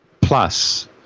Plus